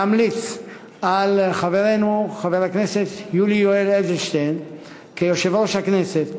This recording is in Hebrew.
להמליץ על חברנו חבר הכנסת יולי יואל אדלשטיין לתפקיד יושב-ראש הכנסת,